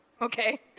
okay